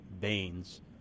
baines